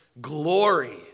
glory